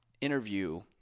interview